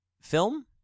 film